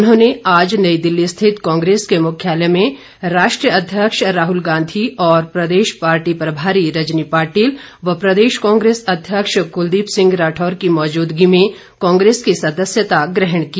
उन्होंने आज नई दिल्ली स्थित कांग्रेस के मुख्यालय में राष्ट्रीय अध्यक्ष राहुल गांधी और प्रदेश पार्टी प्रभारी रजनी पाटिल व प्रदेश कांग्रेस अध्यक्ष कुलदीप सिंह राठौर की मौजूदगी में कांग्रेस की सदस्यता ग्रहण की